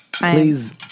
Please